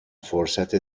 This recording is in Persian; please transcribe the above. فرصت